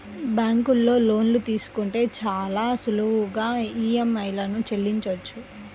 బ్యేంకులో లోన్లు తీసుకుంటే చాలా సులువుగా ఈఎంఐలను చెల్లించొచ్చు